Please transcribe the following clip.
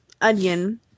onion